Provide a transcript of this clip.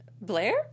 Blair